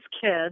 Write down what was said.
kids